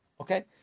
okay